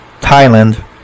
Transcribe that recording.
Thailand